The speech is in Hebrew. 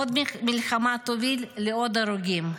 עוד מלחמה תוביל לעוד הרוגים.